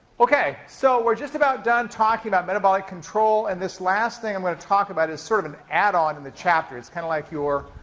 so we're just about done talking about metabolic control, and this last thing i'm going to talk about is sort of an an add-on in the chapter. it's kind of like your